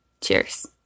Cheers